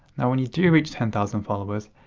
now, when you do reach ten thousand followers,